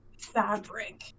fabric